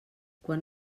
quan